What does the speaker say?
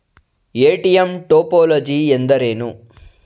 ATM topology ಎಂದರೇನು?